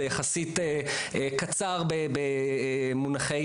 זה יחסית קצר במונחי